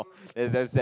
and it's damn sad